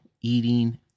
eating